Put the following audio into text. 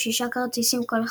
עם שישה כרטיסים כל אחד.